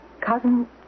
Cousin